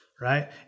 right